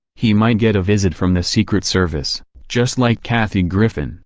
he might get a visit from the secret service, just like kathy griffin.